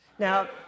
Now